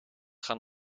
gaan